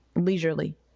Leisurely